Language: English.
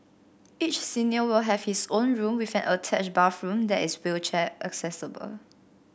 each senior will have his own room with an attached bathroom that is wheelchair accessible